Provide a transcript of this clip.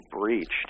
breached